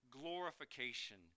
glorification